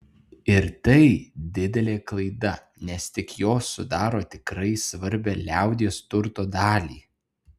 ir tai didelė klaida nes tik jos sudaro tikrai svarbią liaudies turto dalį